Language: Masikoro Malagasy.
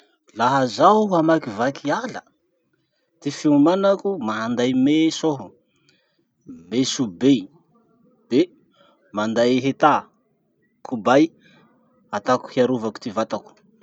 Laha zaho hamakivaky ala, ty fiomanako, manday meso aho, meso be, de manday hità kobay ataoko hiarova ty vatako.